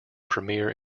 premier